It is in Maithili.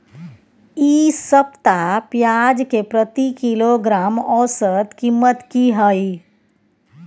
इ सप्ताह पियाज के प्रति किलोग्राम औसत कीमत की हय?